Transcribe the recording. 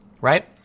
right